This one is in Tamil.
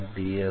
ndxdy|n